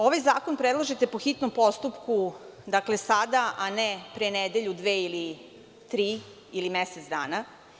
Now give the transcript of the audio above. Ovaj zakon predlažete po hitnom postupku, dakle sada, a ne pre nedelju, dve ili tri, ili mesec dana.